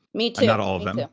me too not all of them, yeah